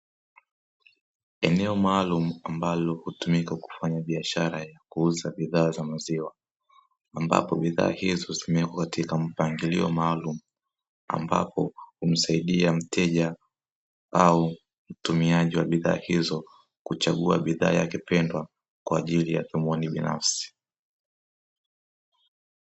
Eneo maalumu, ambalo hutumika kufanya biashara ya kuuza bidhaa za maziwa, ambapo bidhaa hizo zimewekwa katika mpangilio maalum ambapo humsaidia mteja au mtumiaji wa bidhaa hizo kuchagua bidhaa yake pendwa kwa ajili ya dhumuni binafsi.